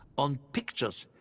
on pictures,